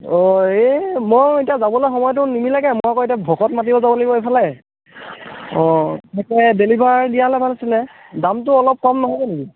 অ এই মই এতিয়া যাবলৈ সময়টো নিমিলেগৈ মই আকৌ এতিয়া ভকত মাতিব যাব লাগিব এফালে অঁ পিছে ডেলিভাৰ দিয়া হ'লে ভাল আছিলে দামটো অলপ কম নহ'ব নেকি